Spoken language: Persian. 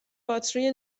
باتری